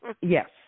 Yes